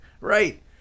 right